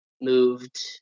moved